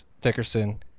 Dickerson